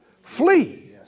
flee